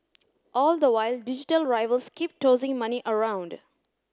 all the while digital rivals keep tossing money around